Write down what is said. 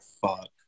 fuck